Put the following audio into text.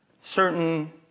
certain